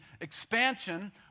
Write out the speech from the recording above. expansion